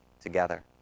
together